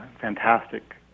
fantastic